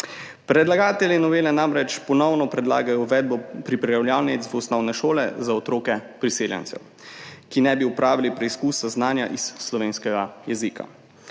Predlagatelji novele namreč ponovno predlagajo uvedbo pripravljalnic v osnovne šole za otroke priseljencev, ki naj bi opravili preizkusa znanja iz slovenskega jezika.